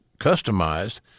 customized